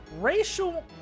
racial